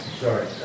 Sorry